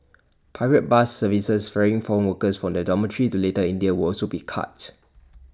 private bus services ferrying foreign workers from their dormitories to little India will also be cut